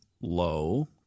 low